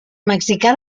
mexicà